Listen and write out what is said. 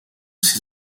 ces